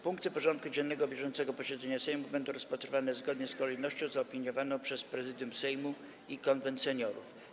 Punkty porządku dziennego bieżącego posiedzenia Sejmu będą rozpatrywane zgodnie z kolejnością zaopiniowaną przez Prezydium Sejmu i Konwent Seniorów.